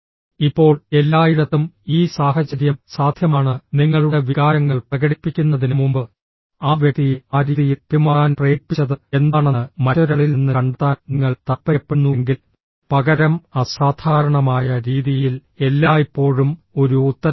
ഇപ്പോൾ എല്ലായിടത്തും ഈ സാഹചര്യം സാധ്യമാണ് നിങ്ങളുടെ വികാരങ്ങൾ പ്രകടിപ്പിക്കുന്നതിന് മുമ്പ് ആ വ്യക്തിയെ ആ രീതിയിൽ പെരുമാറാൻ പ്രേരിപ്പിച്ചത് എന്താണെന്ന് മറ്റൊരാളിൽ നിന്ന് കണ്ടെത്താൻ നിങ്ങൾ താൽപ്പര്യപ്പെടുന്നുവെങ്കിൽ പകരം അസാധാരണമായ രീതിയിൽ എല്ലായ്പ്പോഴും ഒരു ഉത്തരമുണ്ട്